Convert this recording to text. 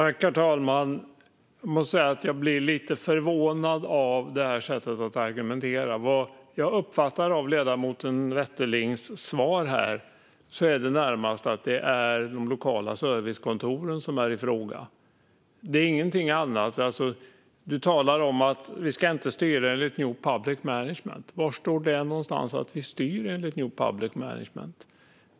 Herr talman! Jag måste säga att jag blir lite förvånad över sättet att argumentera. Det jag uppfattar utifrån ledamoten Wetterlings svar är att det närmast är de lokala servicekontoren det är fråga om. Det är ingenting annat, alltså? Du talar om att vi inte ska styra enligt new public management. Var någonstans står det att vi styr enligt new public management?